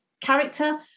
character